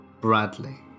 Bradley